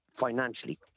financially